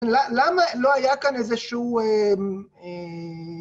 למה לא היה כאן איזה שהוא...